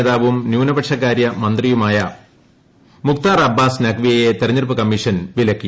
നേതാവും ന്യൂനപക്ഷ കാര്യ മന്ത്രിയുമായ മുഖ്തർ അബ്ബാസ് നഖ്വിയെ തെരഞ്ഞെടുപ്പ് കമ്മീഷൻ വിലക്കി